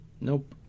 Nope